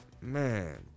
Man